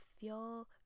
feel